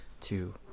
two